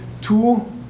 two